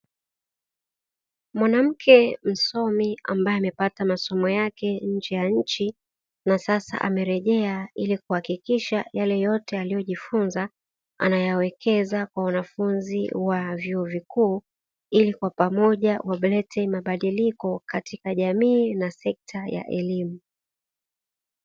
Mwanamke msomi ambaye amepata masomo yake nje ya nchi, na sasa amerejea ili kuhakikisha yale yote aliyojifunza, anayawekeza kwa wanafunzi wa vyuo vikuu, ili kwa pamoja walete mabadiliko katika jamii na sekta ya elimu.